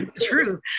true